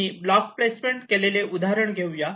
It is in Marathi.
मी ब्लॉक प्लेसमेंट केलेले उदाहरण घेऊया